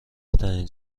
بهترین